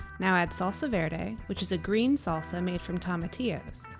now add salsa verde, which is a green salsa made from tomatillos.